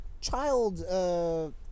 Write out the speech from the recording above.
child